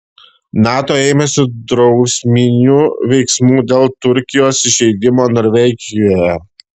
nato ėmėsi drausminių veiksmų dėl turkijos įžeidimo norvegijoje